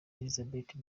elizabeth